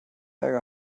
ärger